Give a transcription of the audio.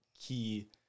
key